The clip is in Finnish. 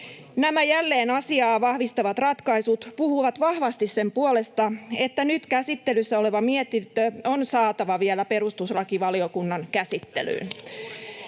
Nämä jälleen asiaa vahvistavat ratkaisut puhuvat vahvasti sen puolesta, että nyt käsittelyssä oleva mietintö on saatava vielä perustuslakivaliokunnan käsittelyyn.